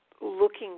looking